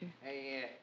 Hey